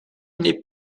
n’est